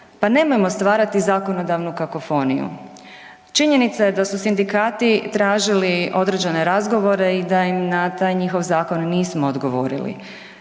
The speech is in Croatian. Pa nemojmo stvarati zakonodavnu kakofoniju. Činjenica je da su sindikati tražili određene razgovore i da im na taj njihov zakon nismo odgovorili.